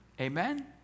Amen